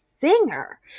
singer